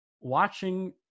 watching